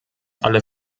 alle